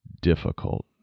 difficult